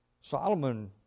Solomon